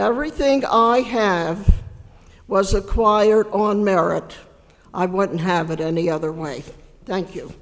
everything i have was acquired on merit i wouldn't have it any other way thank you